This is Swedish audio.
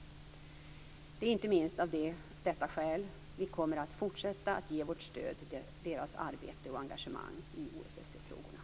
Det är inte minst av detta skäl vi kommer att fortsätta att ge vårt stöd till deras arbete och engagemang i OSSE-frågorna.